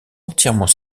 entièrement